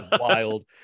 wild